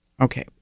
Okay